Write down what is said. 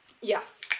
yes